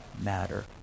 matter